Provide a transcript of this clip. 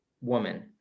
woman